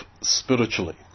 spiritually